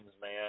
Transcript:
man